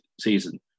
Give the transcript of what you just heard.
season